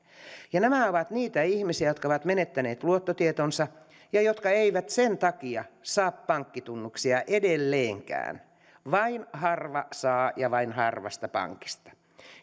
nämä ovat niitä ihmisiä jotka ovat menettäneet luottotietonsa ja jotka eivät sen takia saa pankkitunnuksia edelleenkään vain harva saa ja vain harvasta pankista